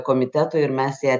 komiteto ir mes ją